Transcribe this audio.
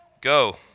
go